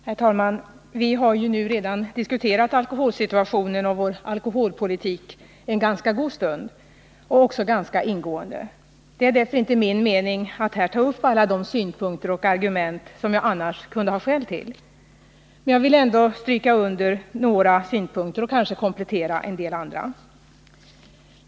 Herr talman! Vi har ju nu redan diskuterat älkohökitvationen och vår alkoholpolitik en ganska god stund och också ganska ingående. Det är därför inte min mening att här ta upp alla de synpunkter och argument som jag annars kunde ha skäl till. Men jag vill ändå stryka under några synpunkter och kanske komplettera en del andra.